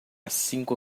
cinco